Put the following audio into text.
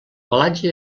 pelatge